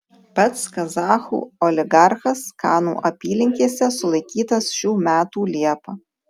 pats kazachų oligarchas kanų apylinkėse sulaikytas šių metų liepą